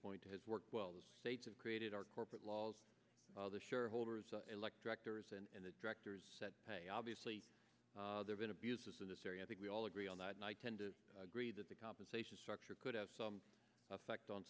it has worked well the states have created our corporate laws the shareholders elect directors and the directors obviously there's been abuses in this area i think we all agree on that night tend to agree that the compensation structure could have some effect on